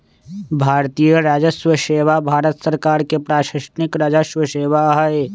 भारतीय राजस्व सेवा भारत सरकार के प्रशासनिक राजस्व सेवा हइ